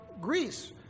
Greece